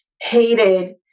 hated